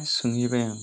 सोंहैबाय आं